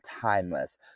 timeless